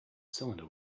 cylinder